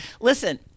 Listen